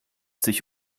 sich